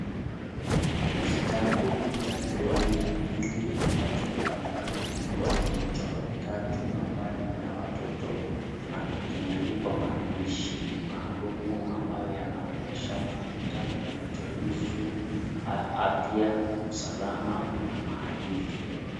Kitabu cha gredi ya pili ambacho kinaonekana kimechorwa michoro mitatu ambayo ni ya watoto na kimeandikwa maandishi maalumu ambayo yanaonyesha ni kitabu kinachohusu afya, usalama na maadili.